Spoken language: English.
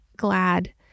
glad